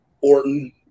Orton